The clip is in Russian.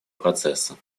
процесса